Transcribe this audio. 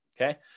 okay